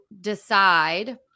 decide